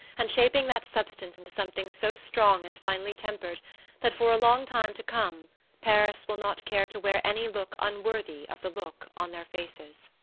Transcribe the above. and shaping that substance into something so strong and finely tempered that for a long time to come paris will not care to wear any look unworthy of the look on their faces.